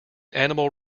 animal